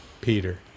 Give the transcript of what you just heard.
Peter